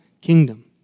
kingdom